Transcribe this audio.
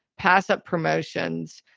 pass up promotions.